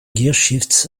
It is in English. gearshifts